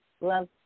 love